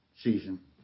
season